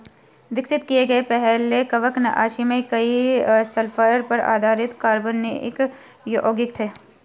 विकसित किए गए पहले कवकनाशी में से कई सल्फर पर आधारित अकार्बनिक यौगिक थे